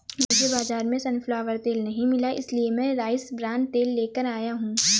मुझे बाजार में सनफ्लावर तेल नहीं मिला इसलिए मैं राइस ब्रान तेल लेकर आया हूं